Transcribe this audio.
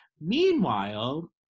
Meanwhile